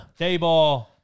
Dayball